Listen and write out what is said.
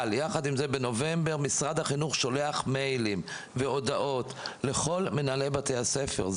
בנובמבר משרד החינוך שולח מיילים והודעות לכל מנהלי בתי הספר.